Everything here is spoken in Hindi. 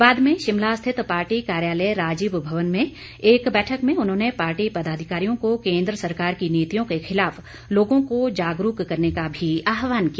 बाद में शिमला स्थित पार्टी कार्यालय राजीव भवन में एक बैठक में उन्होंने पार्टी पदाधिकारियों को केन्द्र सरकार की नीतियों के खिलाफ लोगों को जागरूक करने का भी आहवान किया